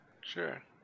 Sure